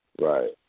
Right